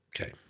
Okay